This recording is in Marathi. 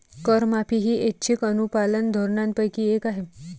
करमाफी ही ऐच्छिक अनुपालन धोरणांपैकी एक आहे